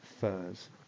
furs